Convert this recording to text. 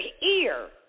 ear